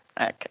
okay